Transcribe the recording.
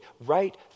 right